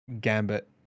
Gambit